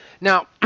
now